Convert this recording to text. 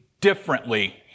differently